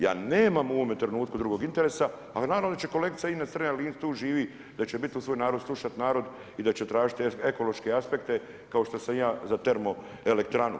Ja nemam u ovome trenutku drugog interesa, ali naravno da će kolegica Ines Strenja-Linić tu živi, da će biti uz svoj narod, slušat narod i da će tražiti ekološke aspekte kao što sam ja za termoelektranu.